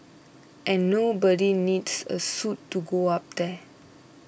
and nobody needs a suit to go up there